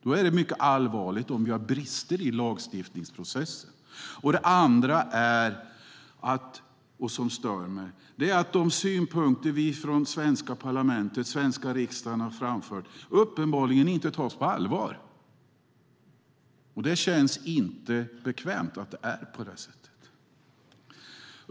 Då är det mycket allvarligt om vi har brister i lagstiftningsprocessen. Det andra skälet, och som stör mig, är att de synpunkter som vi från den svenska riksdagen har framfört uppenbarligen inte tas på allvar. Det känns inte bekvämt att det är på det sättet.